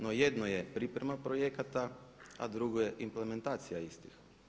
No jedno je priprema projekata a drugo je implementacija istih.